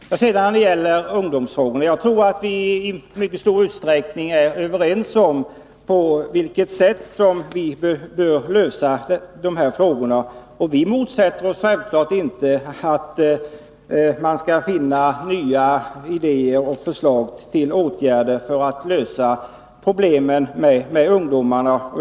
När det sedan gäller ungdomsfrågorna tror jag att vi i mycket stor utsträckning är överens om på vilket sätt vi bör lösa dessa. Vi motsätter oss självfallet inte att man försöker finna nya idéer och föreslår nya åtgärder för att lösa problem med ungdomarna.